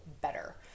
better